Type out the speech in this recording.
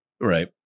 right